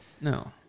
No